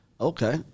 Okay